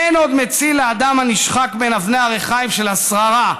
"אין עוד מציל לאדם הנשחק בין אבני הריחיים של השררה".